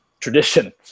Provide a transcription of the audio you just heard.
tradition